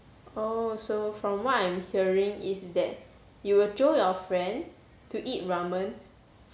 oh so from what I'm hearing is that you will jio your friend to eat ramen